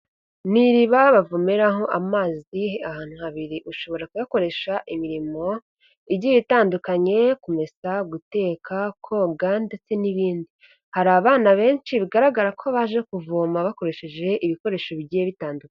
Ni iriba bavomeraho amazi ahantu habiri, ushobora kuyakoresha imirimo igiye itandukanye, kumesa, guteka, koga, ndetse n'ibindi, hari abana benshi bigaragara ko baje kuvoma bakoresheje ibikoresho bigiye bitandukanye.